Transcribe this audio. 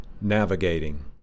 navigating